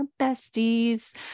besties